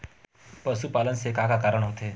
पशुपालन से का का कारण होथे?